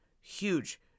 huge